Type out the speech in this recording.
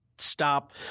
Stop